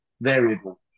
variable